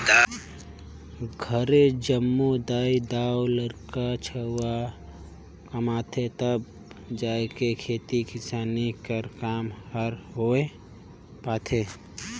घरे जम्मो दाई दाऊ,, लरिका छउवा कमाथें तब जाएके खेती किसानी कर काम हर होए पाथे